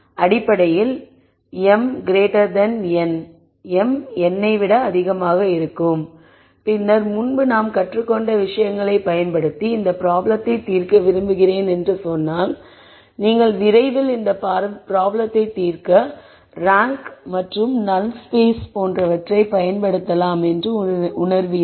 எனவே அடிப்படையில் mn பின்னர் முன்பு நாம் கற்றுக்கொண்ட விஷயங்களைப் பயன்படுத்தி இந்த ப்ராப்ளத்தை தீர்க்க விரும்புகிறேன் என்று சொன்னால் நீங்கள் விரைவில் இந்த ப்ராப்ளத்தை தீர்க்க ரேங்க் மற்றும் நல் ஸ்பேஸ் போன்றவற்றை பயன்படுத்தலாம் என்று உணருவீர்கள்